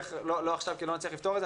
לא עכשיו כי לא נצליח לפתור את זה.